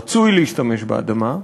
רצוי להשתמש באדמה,